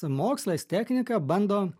mokslas technika bando